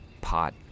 pot